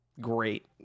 great